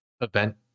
event